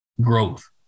growth